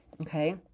okay